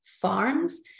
farms